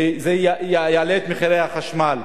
וזה יעלה את מחירי החשמל.